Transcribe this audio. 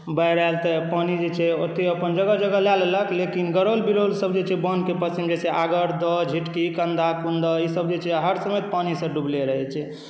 बाढ़ि आयल तऽ पानी जे छै ओतेक अपन जगह जगह लए लेलक लेकिन गरौल बिरौलसभ जे छै बान्हकेँ पश्चिम जाहिसँ आगर दह झिटकी कन्दा कुन्दा ईसभ जे छै हर समय पानीसँ डुबले रहैत छै